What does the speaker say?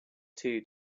two